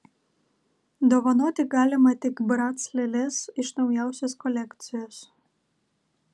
dovanoti galima tik brac lėles iš naujausios kolekcijos